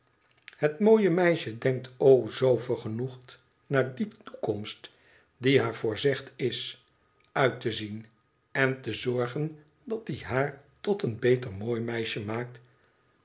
het mooie meisje denkt o zoo vergenoegd naar die toekomst die haar voorzegd is uit te zien en te zorgen dat die haar tot een beter mooi meisje maakt